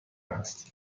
هستی